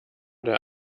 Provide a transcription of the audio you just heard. der